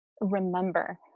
remember